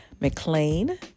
McLean